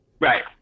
Right